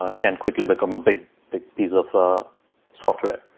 ah can quickly become a big big piece of ah software.